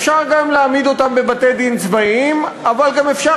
אפשר להעמיד אותם לדין בבתי-דין צבאיים אבל אפשר